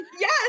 yes